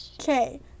Okay